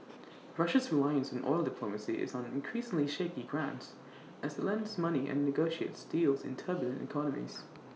Russia's reliance on oil diplomacy is on increasingly shaky grounds as IT lends money and negotiates deals in turbulent economies